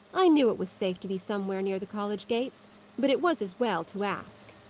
i knew it was safe to be somewhere near the college gates but it was as well to ask.